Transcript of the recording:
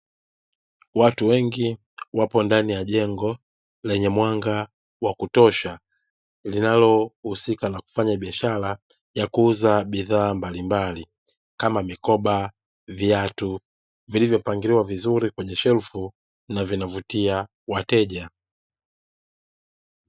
Watu wengi wapo ndani ya jengo lenye mwanga wa kutosha linalohusika na kufanya biashara ya kuuza bidhaa mbalimbali kama mikoba, viatu vilivyopangiliwa vizuri kwenye shelfu na vinavutia wateja.